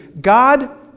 God